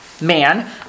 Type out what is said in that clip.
man